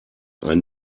ein